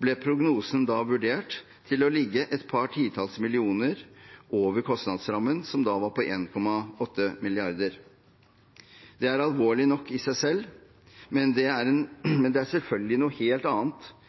ble prognosen da vurdert til å ligge et par titalls millioner kroner over kostnadsrammen, som da var på 1,8 mrd. kr. Det er alvorlig nok i seg selv, men det er selvfølgelig noe helt annet enn det beløp det nå er